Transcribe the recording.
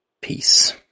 peace